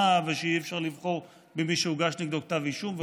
ושאי-אפשר לבחור במי שהוגש נגדו כתב אישום וכו'.